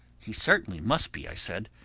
he certainly must be, i said.